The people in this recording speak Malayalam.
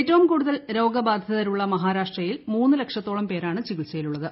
ഏറ്റവും കൂടുതൽ രോഗബാധിതരുള്ള മഹാരാഷ്ട്രയിൽ മൂന്ന് ലക്ഷത്തോളം പേരാണ് ചികിത്സയിലുള്ളത്